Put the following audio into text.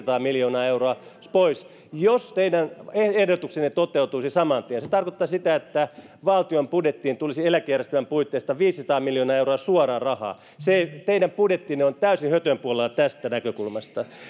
miljoonaa euroa pois jos teidän ehdotuksenne toteutuisi saman tien se tarkoittaisi sitä että valtion budjettiin tulisi eläkejärjestelmän puitteista viisisataa miljoonaa euroa suoraa rahaa se teidän budjettinne on täysin hötön puolella tästä näkökulmasta